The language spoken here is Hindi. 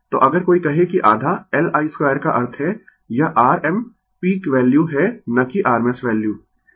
तो अगर कोई कहे कि आधा L I2 का अर्थ है यह R m पीक वैल्यू है न कि rms वैल्यू